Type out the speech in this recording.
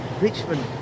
Richmond